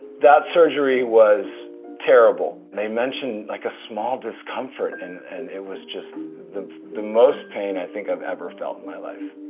that surgery was terrible. they mentioned like a small discomfort and and it was just the the most pain i think i've ever felt in my life.